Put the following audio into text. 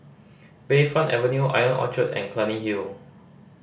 Bayfront Avenue Ion Orchard and Clunny Hill